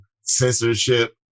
censorship